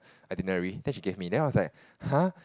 itinerary then she gave me then I was like !huh!